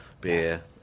beer